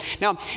Now